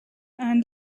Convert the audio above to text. and